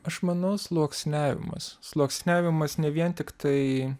aš manau sluoksniavimas sluoksniavimas ne vien tik tai